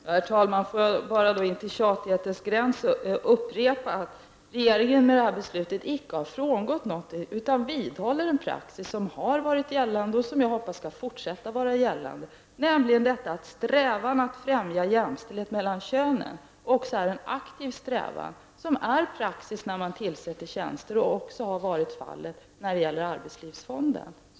Herr talman! Får jag bara intill tjatighetens gräns upprepa att regeringen med det här beslutet icke har frångått någonting utan vidhåller en praxis som har varit gällande och som jag hoppas skall fortsätta vara gällande, nämligen detta att strävan att främja jämställdheten mellan könen också är en aktiv strävan som är praxis när man tillsätter tjänster. Så har också varit fallet när det gäller arbetslivsfonden.